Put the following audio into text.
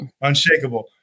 unshakable